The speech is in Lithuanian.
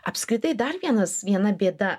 apskritai dar vienas viena bėda